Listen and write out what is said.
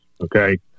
Okay